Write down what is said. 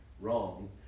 wrong